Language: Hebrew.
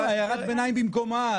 הערת הביניים במקומה.